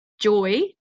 Joy